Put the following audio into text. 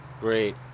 Great